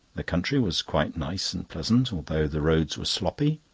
the country was quite nice and pleasant, although the roads were sloppy.